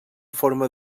forma